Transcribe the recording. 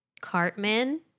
Cartman